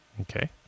Okay